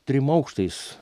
trim aukštais